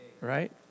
right